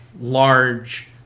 large